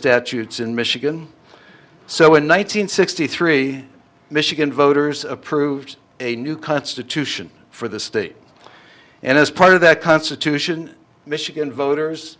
statutes in michigan so in one nine hundred sixty three michigan voters approved a new constitution for the state and as part of that constitution michigan voters